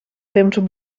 temps